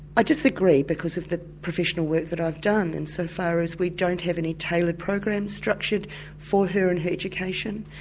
i disagree because of the professional work that i've done in so far as we don't have any tailored program structured for her and her education.